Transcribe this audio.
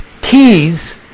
keys